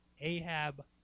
Ahab